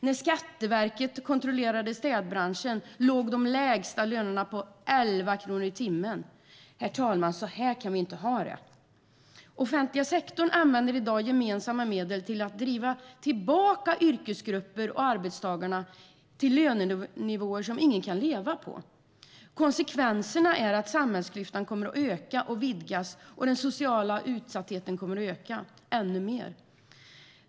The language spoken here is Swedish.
När Skatteverket kontrollerade städbranschen låg de lägsta lönerna på 11 kronor i timmen. Herr talman! Så här kan vi inte ha det. I den offentliga sektorn använder vi i dag gemensamma medel till att driva tillbaka yrkesgrupper och arbetstagare till löner som ingen kan leva på. Konsekvenserna blir att samhällsklyftan kommer att öka och vidgas och att den sociala utsattheten kommer att öka ännu mer.